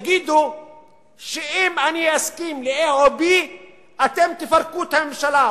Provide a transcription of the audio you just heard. ותגידו שאם אני אסכים ל-a או b אתם תפרקו את הממשלה.